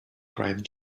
cried